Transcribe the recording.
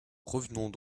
revenons